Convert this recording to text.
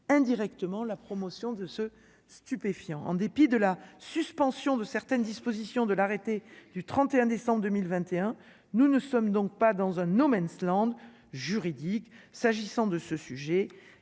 indirectement la promotion de ce stupéfiant, en dépit de la suspension de certaines dispositions de l'arrêté du 31 décembre 2021, nous ne sommes donc pas dans un no man s'land juridique, s'agissant de ce sujet